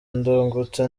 ndungutse